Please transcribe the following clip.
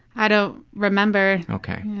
i don't remember. okay,